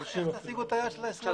אז איך תשיגו את היעד של 20%?